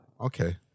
okay